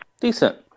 decent